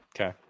Okay